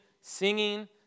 singing